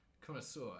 connoisseur